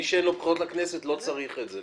מי שאין לה בחירות לכנסת לא צריכה את זה,